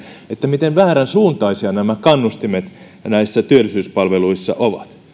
miten vääränsuuntaisia nämä kannustimet näissä työllisyyspalveluissa ovat